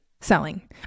selling